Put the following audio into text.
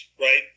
right